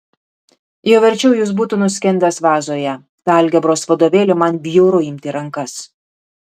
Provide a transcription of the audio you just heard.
jau verčiau jis būtų nuskendęs vazoje tą algebros vadovėlį man bjauru imti į rankas